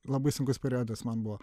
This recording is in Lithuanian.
labai sunkus periodas man buvo